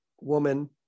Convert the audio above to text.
woman